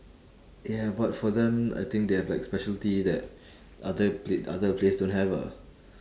ya but for them I think they have like specialty that other pla~ other place don't have ah